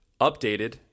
updated